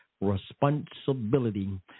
responsibility